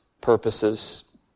purposes